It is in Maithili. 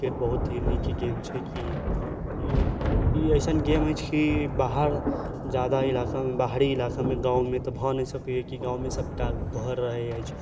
क्रिकेट बहुत ही नीक गेम छै की ई एसन गेम अछि की बाहर जादा इलाका मे बाहरी इलाका मे गाँव मे तऽ भऽ नहि सकैया गाँव मे सबटा घर रहै अछि